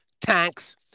tanks